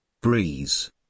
breeze